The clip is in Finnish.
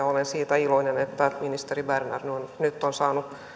olen siitä iloinen että ministeri berner nyt on saanut